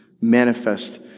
manifest